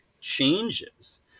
changes